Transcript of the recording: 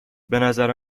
بنظر